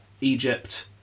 Egypt